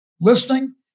listening